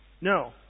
No